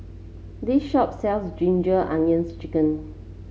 this shop sells Ginger Onions chicken